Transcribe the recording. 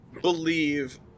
believe